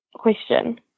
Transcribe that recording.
question